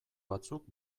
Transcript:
batzuk